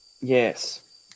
yes